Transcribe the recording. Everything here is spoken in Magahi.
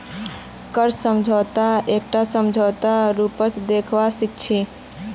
कर्ज समझौताक एकटा समझौतार रूपत देखवा सिख छी